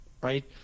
right